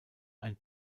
ein